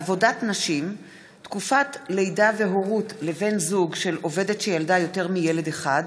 עבודת נשים (תקופת לידה והורות לבן זוג של עובדת שילדה יותר מילד אחד),